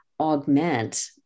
augment